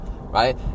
right